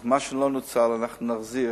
מה שלא נוצל, אנחנו נחזיר.